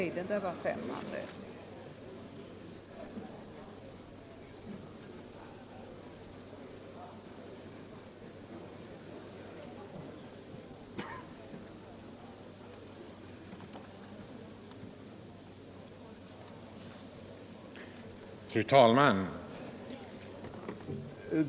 Fru talman!